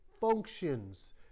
functions